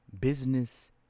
Business